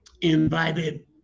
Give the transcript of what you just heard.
invited